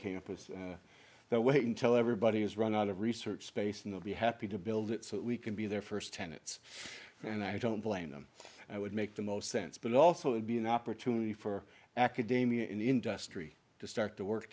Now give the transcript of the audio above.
campus that wait until everybody has run out of research space and they'll be happy to build it so that we can be their first tenets and i don't blame them i would make the most sense but also it would be an opportunity for academia and industry to start to work